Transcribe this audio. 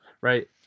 Right